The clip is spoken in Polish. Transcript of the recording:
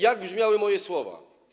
Jak brzmiały moje słowa?